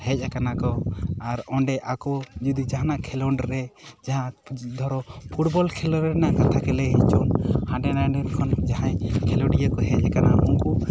ᱦᱮᱡ ᱟᱠᱟᱱᱟ ᱠᱚ ᱟᱨ ᱚᱸᱰᱮ ᱟᱠᱚ ᱡᱟᱦᱟᱱᱟᱜ ᱠᱷᱮᱞᱳᱰ ᱨᱮ ᱡᱟᱸᱦᱟ ᱫᱷᱚᱨᱚ ᱯᱷᱩᱴᱵᱚᱞ ᱠᱷᱮᱞᱳᱰ ᱨᱮᱱᱟᱜ ᱠᱟᱛᱷᱟ ᱜᱮ ᱞᱟᱹᱭ ᱦᱚᱪᱚᱱ ᱦᱟᱸᱰᱮ ᱱᱟᱰᱮ ᱠᱷᱚᱱ ᱡᱟᱸᱦᱟᱭ ᱠᱷᱮᱞᱳᱰᱤᱭᱟᱹ ᱠᱚ ᱦᱮᱡ ᱟᱠᱟᱱᱟ ᱩᱱᱠᱩ